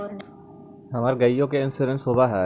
हमर गेयो के इंश्योरेंस होव है?